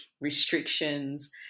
restrictions